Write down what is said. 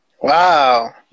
Wow